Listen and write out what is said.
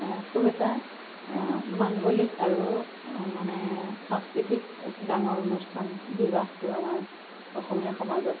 খুব এটা মাংগলিক আৰু মানে সাংস্কৃতিক এক ডাঙৰ অনুষ্ঠান বিবাহটো আমাৰ অসমীয়া সমাজত